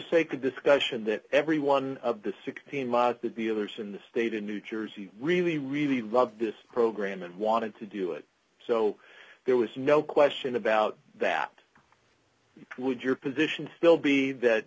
sake of discussion that every one of the sixteen bought the dealers in the state in new jersey really really love this program and wanted to do it so there was no question about that would your position still be that